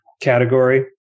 category